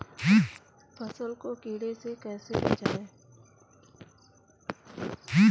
फसल को कीड़े से कैसे बचाएँ?